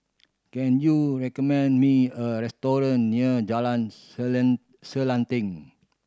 can you recommend me a restaurant near Jalan Selanting